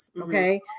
Okay